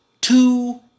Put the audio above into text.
two